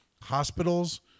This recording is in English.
hospitals